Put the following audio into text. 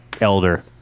elder